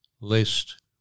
Lest